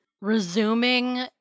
resuming